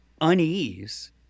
unease